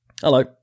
Hello